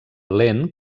lent